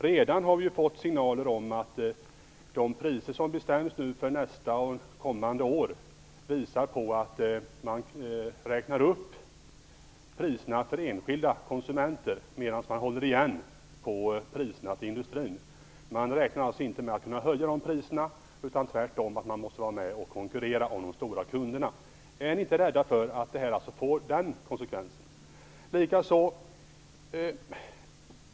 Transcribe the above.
Redan har vi fått signaler om att de priser som bestäms nu för nästkommande år visar att man räknar upp priserna till enskilda konsumenter, medan man håller igen på priserna till industrin - man räknar alltså inte med att kunna höja de priserna. Tvärtom måste man konkurrera om de stora kunderna. Är ni inte rädda för att förslaget får denna konsekvens?